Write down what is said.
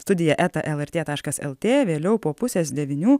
studija eta lrt taškas lt vėliau po pusės devynių